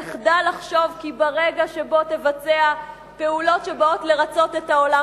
תחדל לחשוב כי ברגע שבו תבצע פעולות שבאות לרצות את העולם,